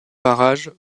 barrages